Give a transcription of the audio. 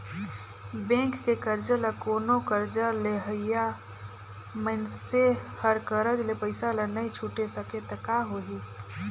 bank के करजा ल कोनो करजा लेहइया मइनसे हर करज ले पइसा ल नइ छुटे सकें त का होही